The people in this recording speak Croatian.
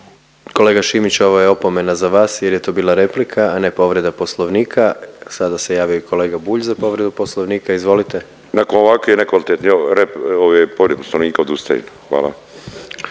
Kolega Šimić ovo je opomena za vas jer je to bila replika, a ne povreda poslovnika. Sada se javio i kolega Bulj za povredu poslovnika. Izvolite. **Bulj, Miro (MOST)** Nakon ovakve nekvalitetne povrede poslovnika odustajem. Hvala.